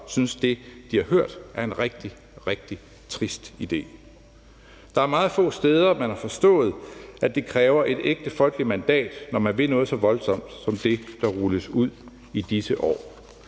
synes, at det, de har hørt, er en rigtig, rigtig trist idé. Der er meget få steder, man har forstået, at det kræver et ægte folkeligt mandat, når man vil noget så voldsomt som det, der rulles ud i disse år.